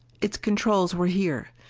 its controls were here,